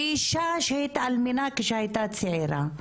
של אישה שהתאלמנה כשהייתה צעירה,